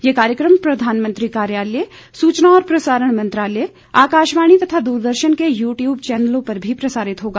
यह कार्यक्रम प्रधानमंत्री कार्यालय सूचना और प्रसारण मंत्रालय आकाशवाणी तथा द्रदर्शन के यू ट्यूब चैनलों पर भी प्रसारित होगा